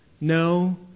No